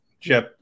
Jeff